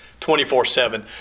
24/7